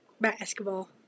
Basketball